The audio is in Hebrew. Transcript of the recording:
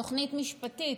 תוכנית משפטית